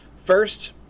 First